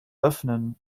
öffnen